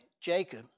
Jacob